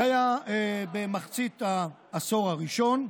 זה היה במחצית העשור הראשון.